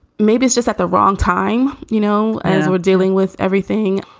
maybe it's just at the wrong time. you know, as we're dealing with everything,